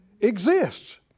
exists